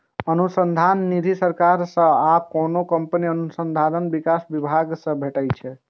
अनुसंधान निधि सरकार सं आ कोनो कंपनीक अनुसंधान विकास विभाग सं भेटै छै